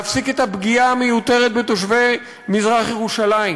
להפסיק את הפגיעה המיותרת בתושבי מזרח-ירושלים,